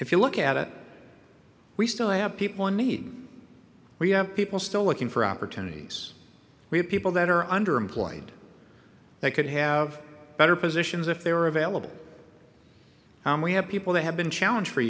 if you look at it we still have people in need we have people still looking for opportunities we have people that are underemployed they could have better positions if they were available we have people that have been challenge for